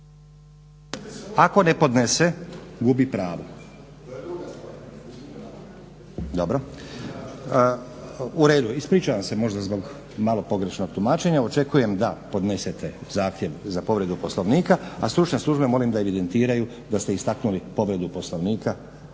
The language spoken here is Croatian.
Ako ne podnese gubi pravo. Dobro. Uredu, ispričavam se zbog malo pogrešnog tumačenja. Očekujem da podnesete zahtjev za povredu Poslovnika, a stručne službe molim da evidentiraju da ste istaknuli povredu Poslovnika